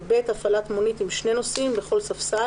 (ב)הפעלת מונית עם שני נוסעים בכל ספסל